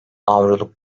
avroluk